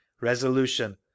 resolution